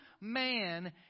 man